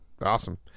awesome